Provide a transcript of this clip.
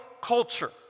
culture